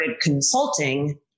consulting